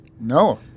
No